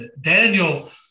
Daniel